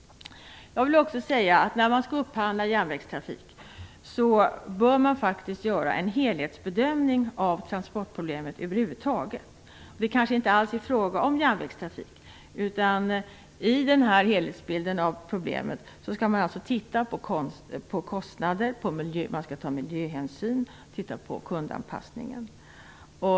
Jag vill också säga att när man skall upphandla järnvägstrafik, bör man faktiskt göra en helhetsbedömning av transportproblemet över huvud taget. Det kanske inte alls är fråga om järnvägstrafik. I den här helhetsbilden av problemet skall man titta på kostnader, man skall ta miljöhänsyn och se över kundanpassningen.